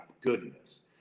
goodness